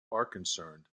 concerned